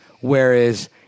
Whereas